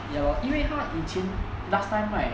ya lor 因为他以前 last time right